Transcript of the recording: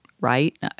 right